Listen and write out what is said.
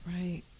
right